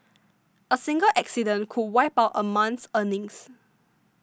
a single accident could wipe out a month's earnings